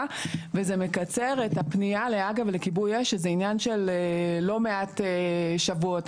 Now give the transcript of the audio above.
וזה מקצר את הפניה להג"א ולכיבוי אש שזה עניין של לא מעט שבועות,